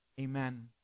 Amen